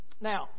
Now